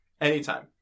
anytime